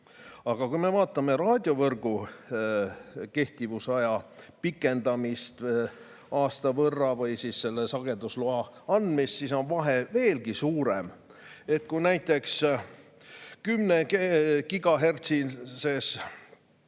Aga vaatame raadiovõrgu kehtivusaja pikendamist aasta võrra või sagedusloa andmist, seal on vahe veelgi suurem. Näiteks 10-gigahertsises